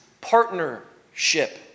partnership